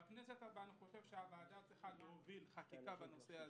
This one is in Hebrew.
בכנסת הבאה אני שהכנסת צריכה להוביל חקיקה הזה,